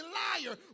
liar